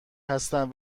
هستن